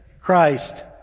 Christ